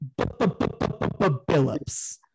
Billups